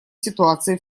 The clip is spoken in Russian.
ситуации